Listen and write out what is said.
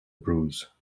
bruise